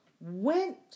went